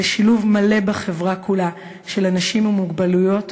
לשילוב מלא בחברה כולה של אנשים עם מוגבלויות,